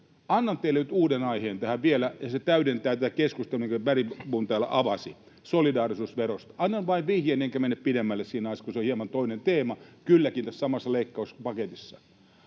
annan teille nyt uuden aiheen tähän vielä, ja se täydentää tätä keskustelua, minkä Bergbom täällä avasi solidaarisuusverosta. Annan vain vihjeen enkä mene pidemmälle siinä asiassa, kun se on hieman toinen teema, kylläkin tässä samassa leikkauspaketissa.